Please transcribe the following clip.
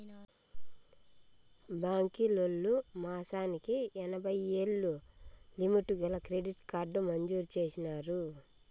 బాంకీలోల్లు మాసానికి ఎనభైయ్యేలు లిమిటు గల క్రెడిట్ కార్డు మంజూరు చేసినారు